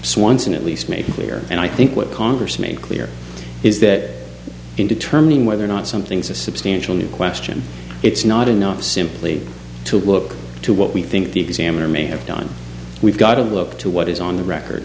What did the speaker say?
swanson at least made clear and i think what congress made clear is that in determining whether or not something's a substantial new question it's not enough simply to look to what we think the examiner may have done we've got to look to what is on the record